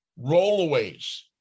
rollaways